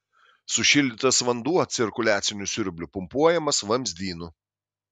sušildytas vanduo cirkuliaciniu siurbliu pumpuojamas vamzdynu